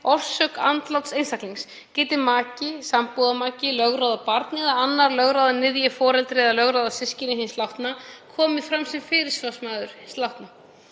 orsök andláts einstaklings geti maki eða sambúðarmaki, lögráða barn eða annar lögráða niðji, foreldri eða lögráða systkini hins látna komið fram sem fyrirsvarsmaður hins látna.